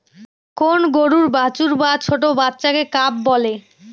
কোন গরুর বাছুর বা ছোট্ট বাচ্চাকে কাফ বলে